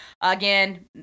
again